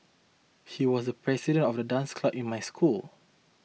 he was the president of the dance club in my school